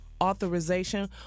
authorization